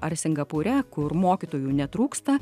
ar singapūre kur mokytojų netrūksta